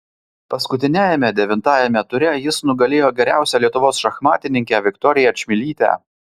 paskutiniajame devintajame ture jis nugalėjo geriausią lietuvos šachmatininkę viktoriją čmilytę